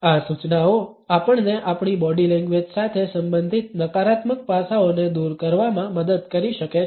આ સૂચનાઓ આપણને આપણી બોડી લેંગ્વેજ સાથે સંબંધિત નકારાત્મક પાસાઓને દૂર કરવામાં મદદ કરી શકે છે